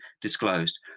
disclosed